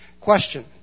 Question